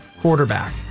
quarterback